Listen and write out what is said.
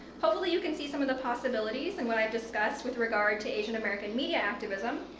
hopefully you can see some of the possibilities and but i've discussed with regard to asian american media activism,